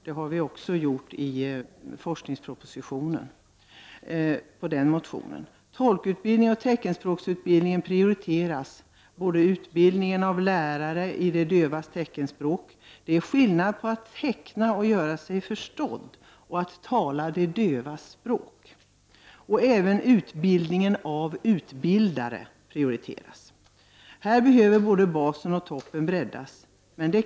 Detta har vi också gjort i anslutning till forskningspropositionen. Tolkutbildningen och teckenspråksutbildningen prioriteras. Det gäller alltså utbildningen av lärare i de dövas teckenspråk. Det är skillnad på att teckna och göra sig förstådd och att tala de dövas språk. Även utbildningen av utbildare prioriteras. Både basen och toppen behöver ju breddas.